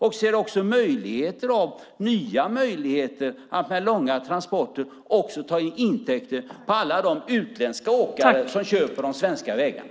Vi får också nya möjligheter att ta in intäkter från alla de utländska åkare som kör på de svenska vägarna.